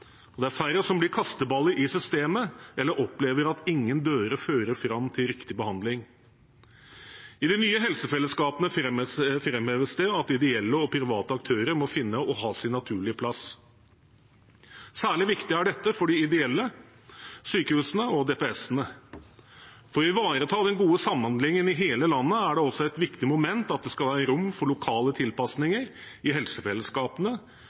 Det er færre som blir kasteballer i systemet eller opplever at ingen dører fører fram til riktig behandling. I de nye helsefellesskapene framheves det at ideelle og private aktører må finne og ha sin naturlige plass. Særlig viktig er dette for de ideelle, sykehusene og DPS-ene. For å ivareta den gode samhandlingen i hele landet er det også et viktig moment at det skal være rom for lokale tilpasninger i helsefellesskapene,